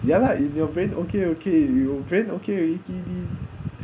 ya lah in your brain okay okay you brain okay already